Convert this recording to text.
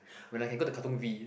when I can go to Katong V